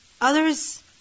Others